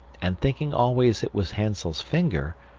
and thinking always it was hansel's finger,